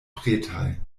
pretaj